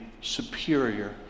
superior